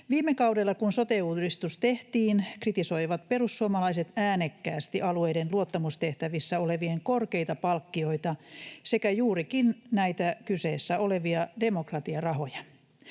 Viime kaudella, kun sote-uudistus tehtiin, kritisoivat perussuomalaiset äänekkäästi alueiden luottamustehtävissä olevien korkeita palkkioita sekä juurikin näitä kyseessä olevia demokratiarahoja.